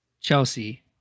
Chelsea